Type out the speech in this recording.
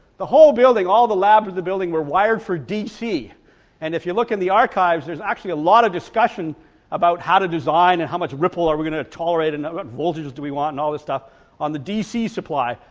the whole building all the labs of the building were wired for dc and if you look in the archives there's actually a lot of discussion about how to design and how much ripple are we going to tolerate, and but voltages do we want and all this stuff on the dc supply,